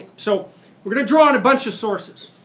so we're gonna draw on a bunch of sources.